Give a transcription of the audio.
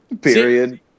Period